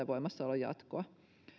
voimassaolon jatkoa